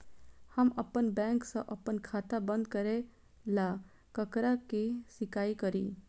हम अप्पन बैंक सऽ अप्पन खाता बंद करै ला ककरा केह सकाई छी?